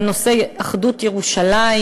על נושא אחדות ירושלים,